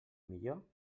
millor